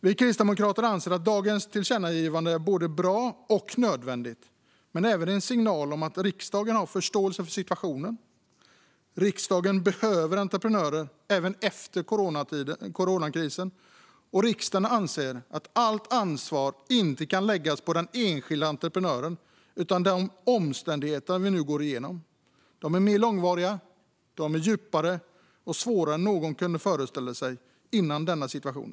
Vi kristdemokrater anser att dagens tillkännagivande är både bra och nödvändigt. Men det är även en signal om att riksdagen har förståelse för situationen. Riksdagen behöver entreprenörer även efter coronakrisen. Riksdagen anser att allt ansvar inte kan läggas på den enskilde entreprenören utan att det beror på de omständigheter vi nu går igenom. De är mer långvariga, djupare och svårare än någon kunde föreställa sig innan denna situation.